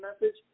message